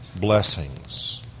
blessings